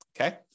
okay